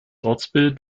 ortsbild